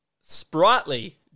sprightly